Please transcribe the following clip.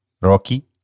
Rocky